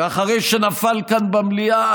ואחרי שנפל כאן במליאה,